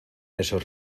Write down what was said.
esos